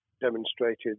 demonstrated